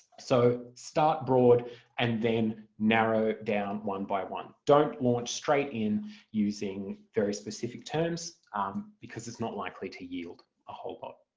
so start broad and then narrow it down one by one. don't launch straight in using very specific terms because it's not likely to yield a whole lot.